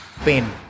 pain